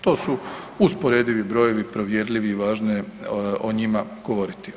To su usporedivi brojevi, provjerljivi i važno je o njima govoriti.